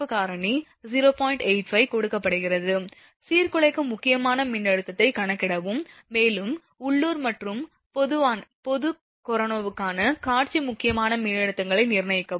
85 கொடுக்கப்படுகிறது சீர்குலைக்கும் முக்கியமான மின்னழுத்தத்தை கணக்கிடவும் மேலும் உள்ளூர் மற்றும் பொது கரோனாவுக்கான காட்சி முக்கியமான மின்னழுத்தங்களை நிர்ணயிக்கவும்